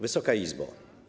Wysoka Izbo!